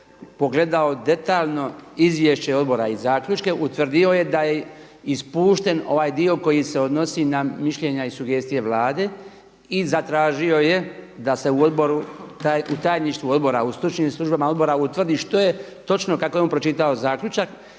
pogledao detaljno izvješće odbora i zaključke, utvrdio je da je ispušten ovaj dio koji se odnosi na mišljenja i sugestije Vlade i zatražio da se u tajništvu odbora u stručnim službama odbora utvrdi što je točno kako je on pročitao zaključak